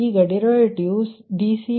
ಈಗ derivative dCdPg20